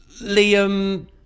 liam